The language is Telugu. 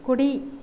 కుడి